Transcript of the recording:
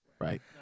Right